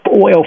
oil